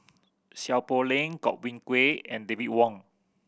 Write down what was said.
Seow Poh Leng Godwin Koay and David Wong